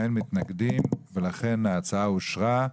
אין מתנגדים לכן ההצעה אושרה.